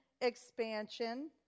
expansion